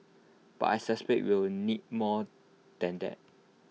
but I suspect we will need more than that